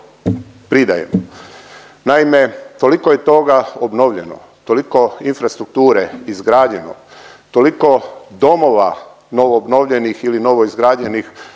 pridaje. Naime, toliko je toga obnovljeno, toliko infrastrukture izgrađeno, toliko domova novoobnovljenih ili novoizgrađenih